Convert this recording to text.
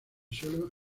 suelo